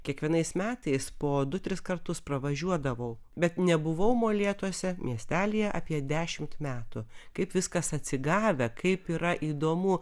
kiekvienais metais po du tris kartus pravažiuodavau bet nebuvau molėtuose miestelyje apie dešimt metų kaip viskas atsigavę kaip yra įdomu